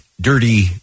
dirty